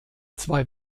zwei